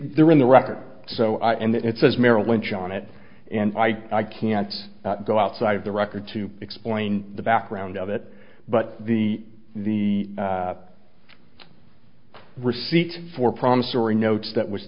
there in the record so i and it says merrill lynch on it and i i can't go outside of the record to explain the background of it but the receipt for promissory notes that was